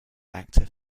actor